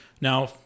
Now